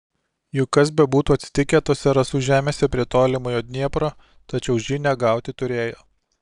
juk kas bebūtų atsitikę tose rasų žemėse prie tolimojo dniepro tačiau žinią gauti turėjo